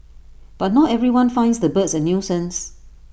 but not everyone finds the birds A nuisance